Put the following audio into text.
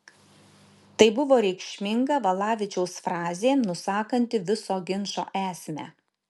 tai buvo reikšminga valavičiaus frazė nusakanti viso ginčo esmę